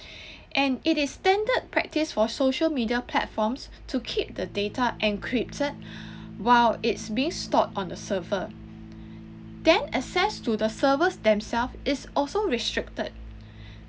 and it is standard practice for social media platforms to keep the data encrypted while it's being stored on the server then access to the servers themselves is also restricted